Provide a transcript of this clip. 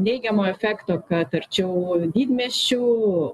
neigiamo efekto kad arčiau didmiesčių